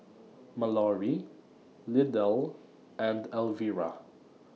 Mallory Lydell and Elvira